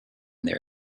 their